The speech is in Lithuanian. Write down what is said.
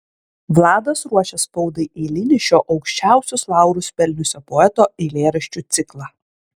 vladas ruošė spaudai eilinį šio aukščiausius laurus pelniusio poeto eilėraščių ciklą